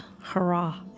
hurrah